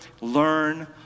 learn